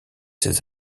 ses